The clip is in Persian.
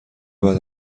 بعد